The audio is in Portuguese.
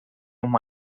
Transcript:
uma